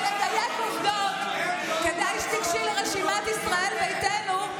כדי לדייק עובדות כדאי שתיגשי לרשימת ישראל ביתנו.